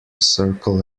circle